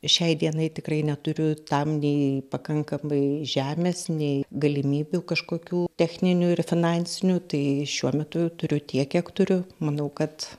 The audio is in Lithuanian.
šiai dienai tikrai neturiu tam nei pakankamai žemės nei galimybių kažkokių techninių ir finansinių tai šiuo metu turiu tiek kiek turiu manau kad